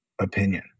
opinion